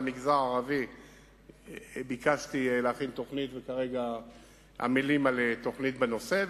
גם למגזר הערבי ביקשתי להכין תוכנית וכרגע עמלים על תוכנית בנושא,